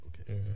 okay